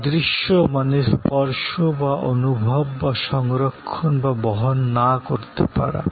অদৃশ্য মানে স্পর্শ বা অনুভব বা সংরক্ষণ বা বহন না করতে পারা